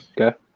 Okay